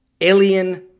alien